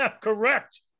Correct